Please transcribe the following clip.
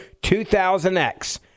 2000X